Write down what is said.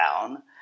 down